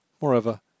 Moreover